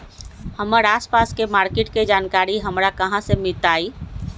हमर आसपास के मार्किट के जानकारी हमरा कहाँ से मिताई?